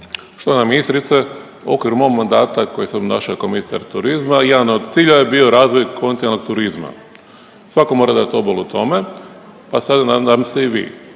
se ne razumije./…mog mandata koji sam obnašao kao ministar turizma, jedan od cilja je bio razvoj kontinentalnog turizma. Svako mora dat obol u tome, pa sad nadam se i vi.